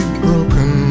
broken